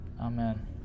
Amen